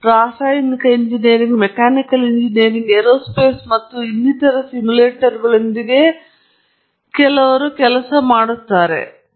ರಾಸಾಯನಿಕ engineering mechanical engineering aerospace ಮತ್ತು ಇನ್ನಿತರ ಸಿಮ್ಯುಲೇಟರ್ಗಳೊಂದಿಗೆ ನೀವು ಕೆಲವರು ಕೆಲಸ ಮಾಡಬೇಕಾಗಿತ್ತು